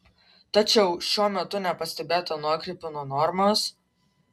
tačiau šiuo metu nepastebėta nuokrypių nuo normos